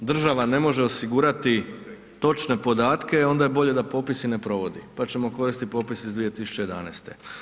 Ako država ne može osigurati točne podatke onda je bolje da popis i ne provodi, pa ćemo koristiti popis iz 2011.